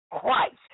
Christ